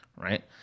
right